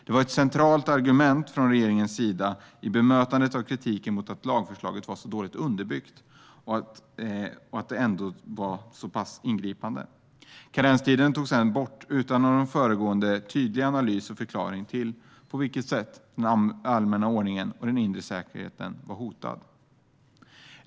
Det var ett centralt argument från regeringens sida i bemötandet av kritiken mot att lagförslaget var dåligt underbyggt och ändå så pass ingripande. Karenstiden togs sedan bort utan någon föregående tydlig analys av eller förklaring till på vilket sätt den allmänna ordningen och den inre säkerheten var hotad.